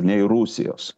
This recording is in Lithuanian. nei rusijos